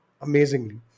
amazingly